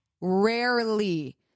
rarely